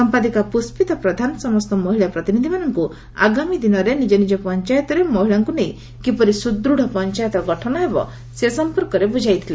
ସଂପାଦିକା ପୁଷ୍ଟିତା ପ୍ରଧାନ ସମସ୍ତ ମହିଳା ପ୍ରତିନିଧିମାନଙ୍କୁ ଆଗାମୀ ଦିନରେ ନିଜନିଜ ପଞାୟତରେ ମହିଳାଙ୍କୁ ନେଇ କିପରି ସୁଦୁଢ ପଞ୍ଚାାୟତ ଗଠନ ହେବ ସେ ସଂପର୍କରେ ବୁଝାଇଥିଲେ